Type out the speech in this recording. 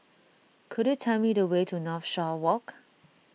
could you tell me the way to Northshore Walk